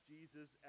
Jesus